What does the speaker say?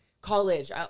college